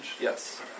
Yes